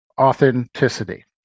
authenticity